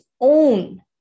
own